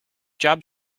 job